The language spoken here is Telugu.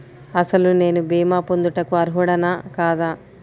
అసలు నేను భీమా పొందుటకు అర్హుడన కాదా?